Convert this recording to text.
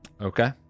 Okay